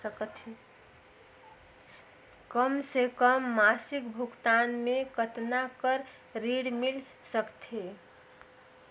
कम से कम मासिक भुगतान मे कतना कर ऋण मिल सकथे?